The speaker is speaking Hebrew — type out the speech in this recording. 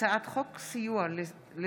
הצעת חוק סיוע לשדרות